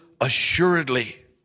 assuredly